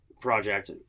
project